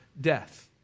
death